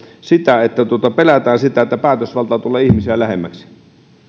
sitä että pelätään sitä että päätösvalta tulee ihmisiä lähemmäksi